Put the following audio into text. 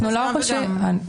אנחנו לא חושבים כך,